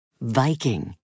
Viking